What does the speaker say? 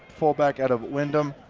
full back out of windham,